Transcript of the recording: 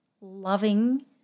loving